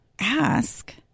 ask